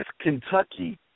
Kentucky